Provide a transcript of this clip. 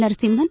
Narasimhan